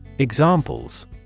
Examples